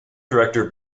director